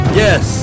yes